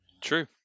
true